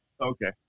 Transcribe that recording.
okay